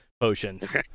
potions